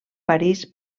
parís